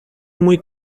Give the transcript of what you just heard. muy